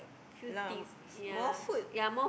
a lot of more food